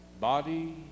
body